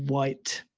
white